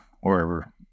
wherever